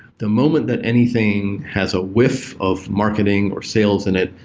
the moment that anything has a whiff of marketing or sales in it,